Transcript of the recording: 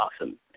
awesome